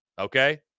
okay